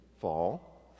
fall